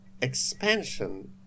expansion